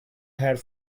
had